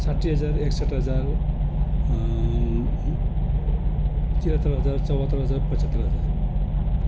साठ्ठी हजार एकसठ हजार त्रिहतर हजार चौरहतर हजार पचहतर हजार